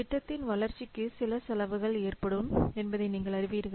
திட்டத்தின் வளர்ச்சிக்கு சில செலவுகள் ஏற்படும் என்பதை நீங்கள் அறிவீர்கள்